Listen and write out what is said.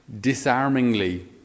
disarmingly